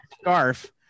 scarf